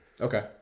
Okay